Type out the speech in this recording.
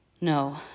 No